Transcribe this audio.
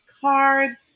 cards